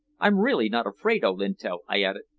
i'm really not afraid, olinto, i added.